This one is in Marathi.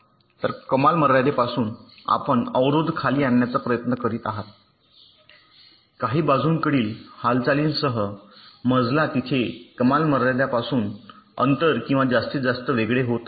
तर कमाल मर्यादेपासून आपण अवरोध खाली आणण्याचा प्रयत्न करीत आहात काही बाजूकडील हालचालींसह मजला जिथे कमाल मर्यादा पासून अंतर किंवा जास्तीत जास्त वेगळे होते आहे